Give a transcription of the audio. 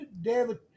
David